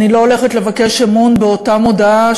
אני לא הולכת לבקש אמון באותה מודעה,